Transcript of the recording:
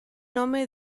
nome